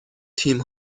تیم